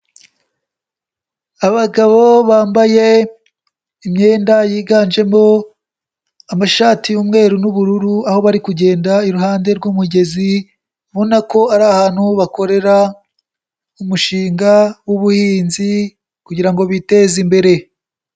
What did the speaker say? Abagabo bambaye imyenda yiganjemo amashati y'umweru n'ubururu, aho bari kugenda iruhande rw'umugezi, ubona ko ari ahantu bakorera umushinga w'ubuhinzi kugira ngo biteze imbere.